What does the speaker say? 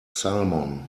salmon